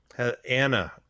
Anna